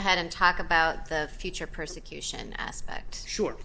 ahead and talk about the future persecution aspect short